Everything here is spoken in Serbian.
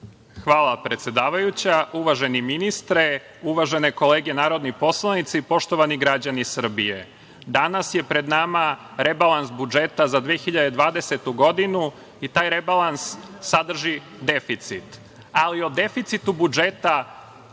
Hvala predsedavajuća. Uvaženi ministre, uvažene kolege narodni poslanici, poštovani građani Srbije, danas je pred nama rebalans budžeta za 2020. godinu i taj rebalans sadrži deficit, ali o deficitu budžeta,